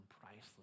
priceless